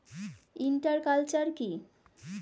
Inter culture কি?